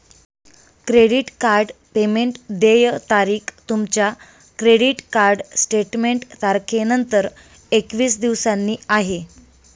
credit card payment देय तारीख तुमच्या क्रेडिट कार्ड स्टेटमेंट तारखेनंतर एकवीस दिवसांनी आहे